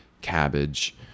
cabbage